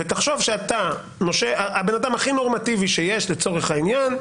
תחשוב שהבן אדם הכי נורמטיבי שיש לצורך העניין,